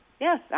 Yes